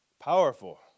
Powerful